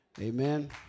Amen